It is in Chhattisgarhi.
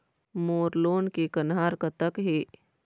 मोर लोन के कन्हार कतक हे?